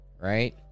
right